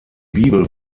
bibel